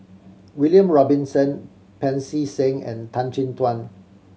William Robinson Pancy Seng and Tan Chin Tuan